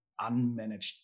unmanaged